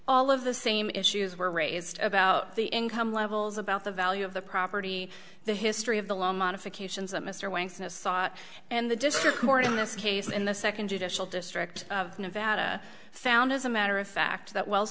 all of the same issues were raised about the income levels about the value of the property the history of the loan modifications that mr wang sought and the the court in this case in the second judicial district of nevada found as a matter of fact that wells